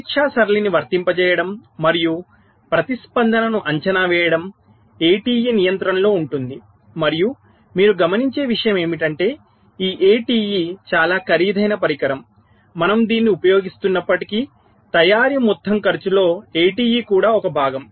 పరీక్షా సరళిని వర్తింపజేయడం మరియు ప్రతిస్పందనను అంచనా వేయడం ATE నియంత్రణలో ఉంటుంది మరియు మీరు గమనించే విషయం ఏమిటంటే ఈ ATE చాలా ఖరీదైన పరికరం మనము దీనిని ఉపయోగిస్తున్నప్పటికీ తయారీ మొత్తం ఖర్చులో ATE కూడా ఒక భాగం